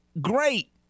great